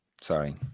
Sorry